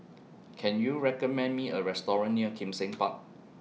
Can YOU recommend Me A Restaurant near Kim Seng Park